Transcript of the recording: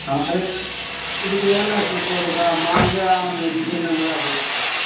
ہمارے یہاں کا پرسدھ جو ہے نا سپول کا مالدہ آم ہے جسے ننگرا بولتا ہے